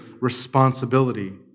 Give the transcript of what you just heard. responsibility